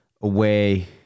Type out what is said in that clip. away